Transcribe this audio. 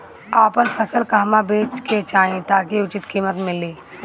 आपन फसल कहवा बेंचे के चाहीं ताकि उचित कीमत मिली?